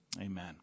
Amen